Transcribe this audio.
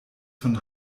von